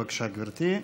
בבקשה, גברתי.